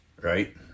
right